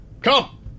Come